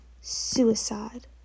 suicide